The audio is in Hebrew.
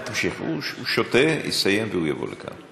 הוא שותה, יסיים ויבוא לכאן.